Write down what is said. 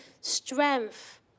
strength